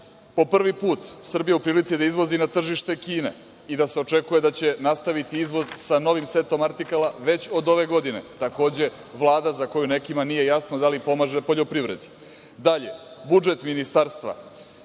po prvi put Srbija u prilici da izvozi na tržište Kine i da se očekuje da će nastaviti izvoz sa novim setom artikala već od ove godine, takođe, Vlada za koju nekima nije jasno da li pomaže poljoprivredi. Dalje, budžet ministarstva